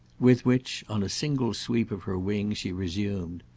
with which, on a single sweep of her wing, she resumed.